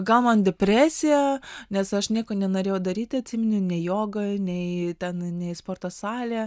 gal man depresija nes aš nieko nenorėjau daryti atsimenu nei joga nei ten nei sporto salėj